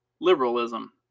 liberalism